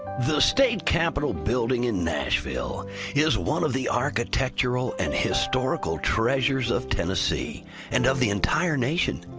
the state capitol building in nashville is one of the architectural and historical treasures of tennessee and of the entire nation.